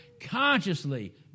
Consciously